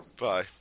Bye